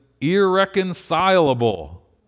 irreconcilable